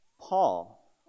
Paul